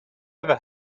ever